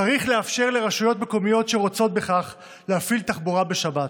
צריך לאפשר לרשויות מקומיות שרוצות בכך להפעיל תחבורה בשבת.